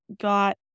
got